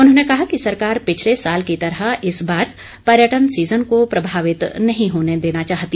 उन्होंने कहा कि सरकार पिछले साल की तरह इस बार पर्यटन सीजन को प्रभावित नहीं होने देना चाहती